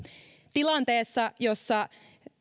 tilanteessa jossa